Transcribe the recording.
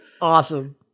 awesome